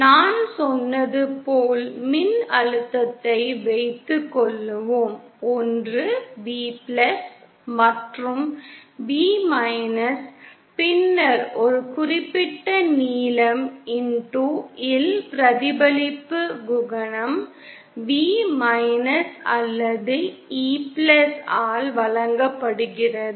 நான் சொன்னது போல் மின்னழுத்தத்தை வைத்துக்கொள்வோம் ஒன்று V மற்றும் V பின்னர் ஒரு குறிப்பிட்ட நீளம் x இல் பிரதிபலிப்பு குணகம் V அல்லது E ஆல் வழங்கப்படுகிறது